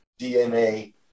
DNA